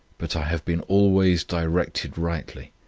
but i have been always directed rightly.